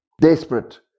desperate